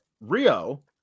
Rio